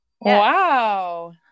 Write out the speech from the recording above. Wow